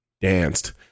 danced